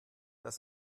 das